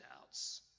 doubts